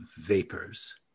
vapors